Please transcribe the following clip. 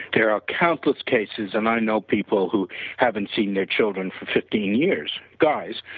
there are countless cases, and i know people who haven't seen their children for fifteen years, guys,